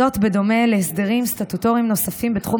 בדומה להסדרים סטטוטוריים נוספים בתחום